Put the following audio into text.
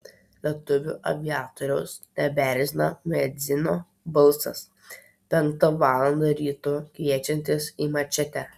lietuvių aviatoriaus nebeerzina muedzino balsas penktą valandą ryto kviečiantis į mečetę